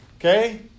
Okay